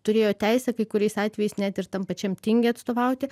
turėjo teisę kai kuriais atvejais net ir tam pačiam tinge atstovauti